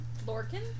Lorkin